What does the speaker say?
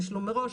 תשלום מראש,